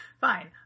fine